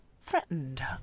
Threatened